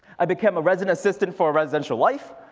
i became a resident assistant for residential life.